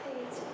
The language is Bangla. হয়ে গেছে